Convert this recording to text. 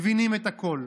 מבינים את הכול.